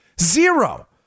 Zero